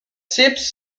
ships